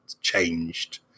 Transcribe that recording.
changed